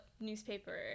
newspaper